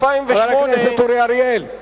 חבר הכנסת אורי אריאל.